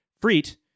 Freet